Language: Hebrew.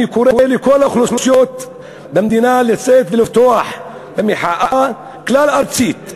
אני קורא לכל האוכלוסיות במדינה לצאת ולפתוח במחאה כלל-ארצית,